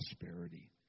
prosperity